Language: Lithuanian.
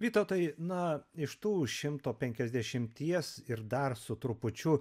vytautai na iš tų šimto penkiasdešimties ir dar su trupučiu